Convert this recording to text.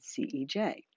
CEJ